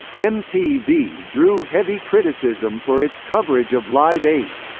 mtv drew heavy criticism for its coverage of live eight.